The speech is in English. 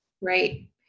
Right